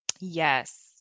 yes